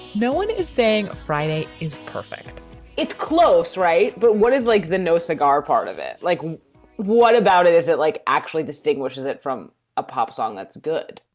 no one is saying friday is perfect it's close, right? but what is like the no cigar part of it? like what about it? is it, like, actually distinguishes it from a pop song? that's good.